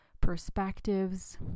perspectives